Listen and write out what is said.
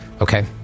Okay